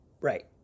Right